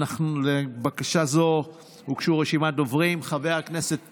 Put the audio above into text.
לבקשה זו הוגשה רשימת דוברים: חבר הכנסת פרוש,